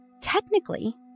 technically